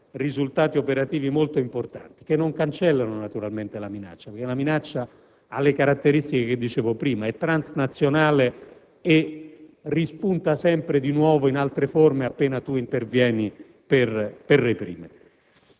risultati operativi molto importanti, che non cancellano naturalmente la minaccia, la quale ha le caratteristiche che dicevo prima: è transnazionale e rispunta sempre in altre forme appena si interviene per reprimerla.